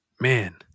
man